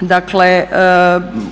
Dakle,